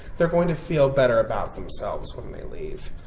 they're going to feel better about themselves when they leave.